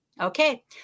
Okay